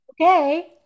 Okay